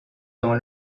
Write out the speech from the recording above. dans